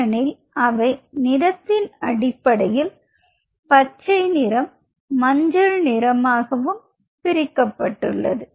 ஏனெனில் அவை நிறத்தின் அடிப்படையில் பச்சை நிறம் மஞ்சள் நிறமாகவும் பிரிக்கப்பட்டுள்ளது